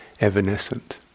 evanescent